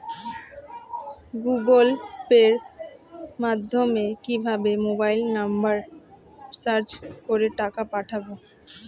Google পের মাধ্যমে কিভাবে মোবাইল নাম্বার সার্চ করে টাকা পাঠাবো?